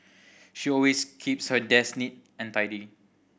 she always keeps her desk neat and tidy